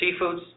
Seafoods